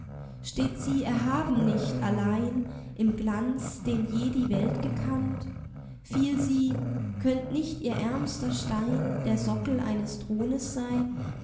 steht sie erhaben nicht allein im glanz den je die welt gekannt fiel sie könnt nicht ihr ärmster stein der sockel eines thrones sein